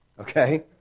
Okay